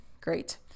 Great